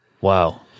Wow